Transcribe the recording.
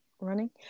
running